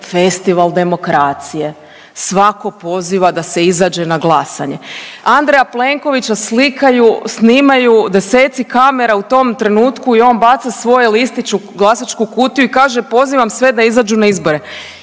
festival demokracije. Svatko poziva da se izađe na glasanje. Andreja Plenkovića slikaju, snimaju deseci kamera u tom trenutku i on baca svoj listić u glasačku kutiju i kaže pozivam sve da izađu na izbore.